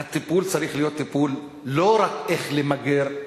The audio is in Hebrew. הטיפול צריך להיות טיפול לא רק איך למגר,